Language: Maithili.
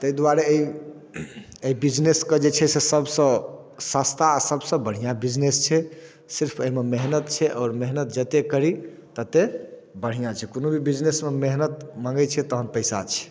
तै दुआरे अइ अइ बिजनेसके जे छै से सभ सँ सस्ता आओर सभसँ बढ़िआँ बिजनेस छै सिर्फ अइमे मेहनत छै आओर मेहनत जत्ते करी तत्ते बढ़िआँ छै कोनो भी बिजनेसमे मेहनत मङ्गै छै तखन पैसा छै